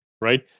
right